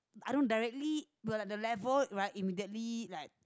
I don't directly we were at the level right immediately like